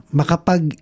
makapag